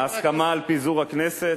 ההסכמה על פיזור הכנסת,